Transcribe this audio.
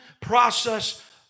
process